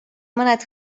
mõned